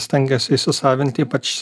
stengiasi įsisavinti ypač